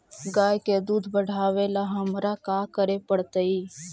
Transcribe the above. गाय के दुध बढ़ावेला हमरा का करे पड़तई?